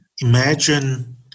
Imagine